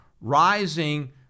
rising